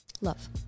Love